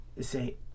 say